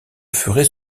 ferait